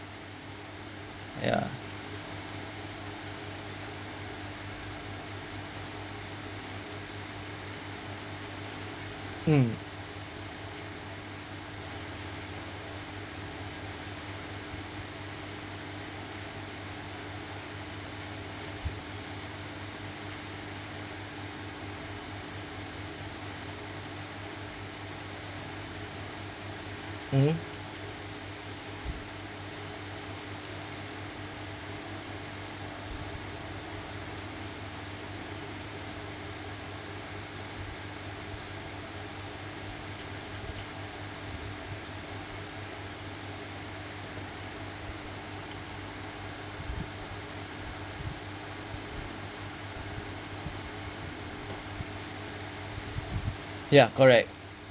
ya mm mmhmm ya correct